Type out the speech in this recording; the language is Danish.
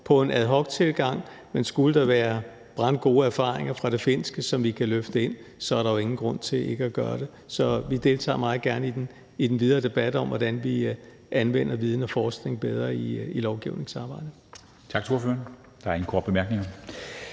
på en ad hoc-tilgang. Men skulle der være brandgode erfaringer fra det finske, som vi kan løfte ind, så er der jo ingen grund til ikke at gøre det. Så vi deltager meget gerne i den videre debat om, hvordan vi anvender viden og forskning bedre i lovgivningsarbejdet.